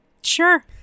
sure